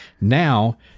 now